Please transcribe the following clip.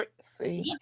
See